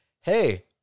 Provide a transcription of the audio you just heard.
Hey